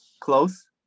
close